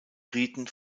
riten